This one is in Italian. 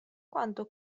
quanto